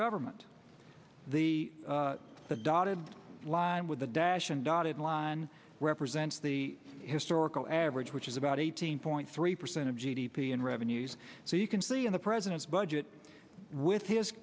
government the the dotted line with the dash and dotted line represents the historical average which is about eighteen point three percent of g d p in revenues so you can see in the president's budget with his